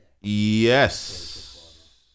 yes